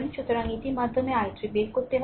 সুতরাং এটির মাধ্যমেই i3 বের করতে হবে